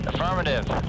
Affirmative